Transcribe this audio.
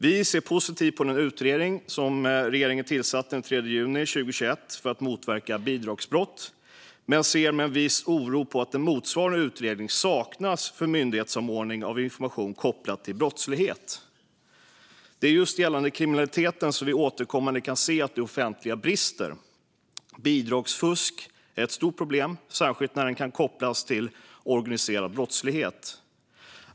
Vi ser positivt på den utredning som regeringen tillsatte den 3 juni 2021 för att motverka bidragsbrott men ser med viss oro på att en motsvarande utredning saknas för myndighetssamordning av information kopplat till brottslighet. Det är just gällande kriminaliteten som vi återkommande kan se att det offentliga brister. Bidragsfusk är ett stort problem, särskilt när det kan kopplas till organiserad brottslighet.